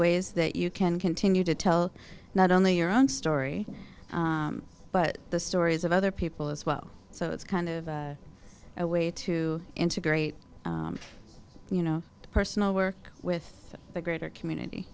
ways that you can continue to tell not only your own story but the stories of other people as well so it's kind of a way to integrate you know personal work with the greater community